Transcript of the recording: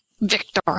Victor